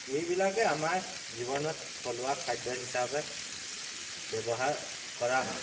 এইবিলাকে আমাৰ জীৱনত থলুৱা খাদ্য হিচাপে ব্যৱহাৰ কৰা হয়